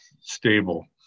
stable